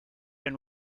and